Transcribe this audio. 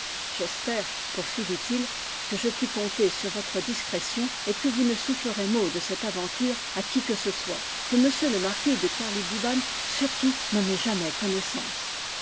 j'espère poursuivit-il que je puis compter suri votre discrétion et que vous ne soufflerez mot de cette aven ture à qui que ce soit que m le marquis de kerlibou ban surtout n'en ait jamais connaissance